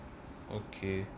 okay